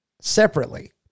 separately